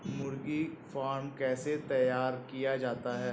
मुर्गी फार्म कैसे तैयार किया जाता है?